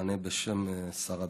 אענה בשם שר הדתות.